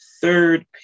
third